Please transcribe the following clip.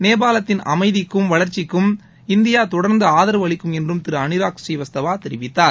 நேபாளத்தின் அமைதிக்கும் வளர்ச்சிக்கும் இந்தியா தொடர்ந்து ஆதரவு அளிக்கும் என்றும் திருஅனுாக் பூநீவஸ்தவா தெரிவித்தார்